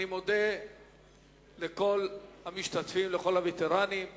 אני מודה לכל המשתתפים, לכל הווטרנים.